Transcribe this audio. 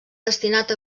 destinat